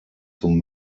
zum